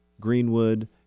Greenwood